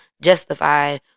justify